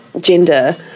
gender